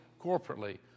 corporately